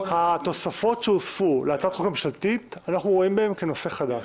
התוספות שהוספו להצעת החוק הממשלתית אנחנו רואים בהן כנושא חדש.